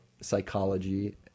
psychology